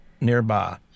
nearby